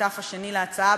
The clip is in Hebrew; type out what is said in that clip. השותף השני להצעה,